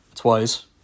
twice